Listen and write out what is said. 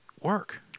work